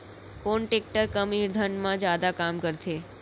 कोन टेकटर कम ईंधन मा जादा काम करथे?